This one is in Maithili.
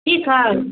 ठीक हइ